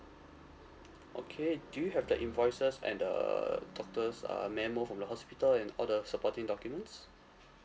okay do you have the invoices and the doctors uh memo from the hospital and all the supporting documents